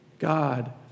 God